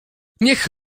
niech